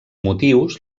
motius